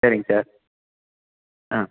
சரிங் சார் ஆ